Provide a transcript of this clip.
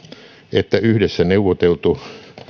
että yhdessä neuvoteltu